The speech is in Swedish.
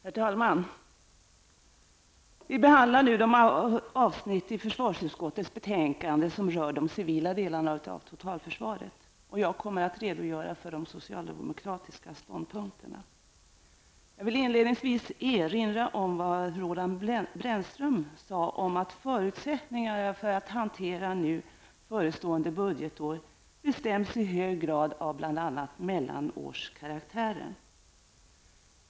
Herr talman! Vi behandlar nu de avsnitt i försvarsutskottets betänkande som rör de civila delarna av totalförsvaret. Jag kommer att redogöra för de socialdemokratiska ståndpunkterna. Jag vill inledningsvis erinra om vad Roland Brännström sade om att förutsättningen för att hantera nu förestående budgetår bestäms bl.a. av mellanårskaraktären.